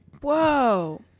Whoa